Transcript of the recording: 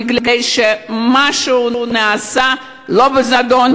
בגלל שמשהו נעשה לא בזדון,